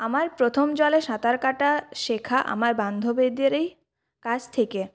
আমার প্রথম জলে সাঁতার কাটা শেখা আমার বান্ধবীদেরই কাছ থেকে